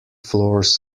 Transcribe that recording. floors